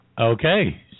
Okay